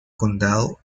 condado